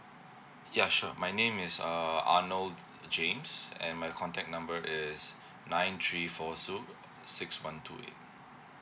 yeah sure my name is err arnold james and my contact number is nine three four two six one two eight